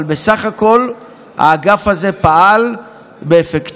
אבל בסך הכול האגף הזה פעל באפקטיביות.